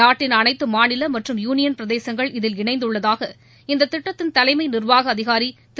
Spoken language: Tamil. நாட்டின் அனைத்து மாநில மற்றும் யூனியன்பிரதேசங்கள் இதில் இணைந்துள்ளதாக இத்திட்டத்தின் தலைமை நிர்வாக அதிகாரி திரு